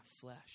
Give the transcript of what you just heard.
flesh